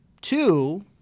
two